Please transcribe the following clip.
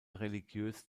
religiös